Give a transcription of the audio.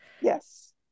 Yes